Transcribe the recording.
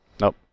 Nope